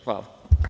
Hvala.